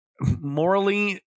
morally